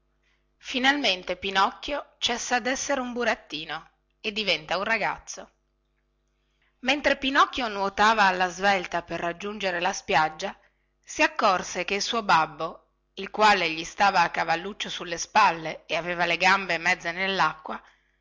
cannonata finalmente pinocchio cessa dessere un burattino e diventa un ragazzo mentre pinocchio nuotava alla svelta per raggiungere la spiaggia si accorse che il suo babbo il quale gli stava a cavalluccio sulle spalle e aveva le gambe mezze nellacqua